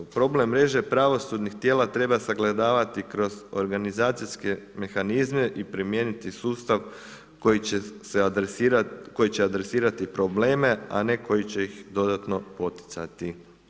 Problem mreže pravosudnih tijela treba sagledavati kroz organizacijske mehanizme i primijeniti sustav koji će se adresirati, koji će adresirati probleme, a ne koji će ih dodatno poticati.